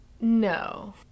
No